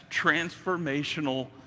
transformational